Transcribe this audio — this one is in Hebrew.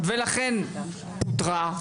ולכן פוטרה,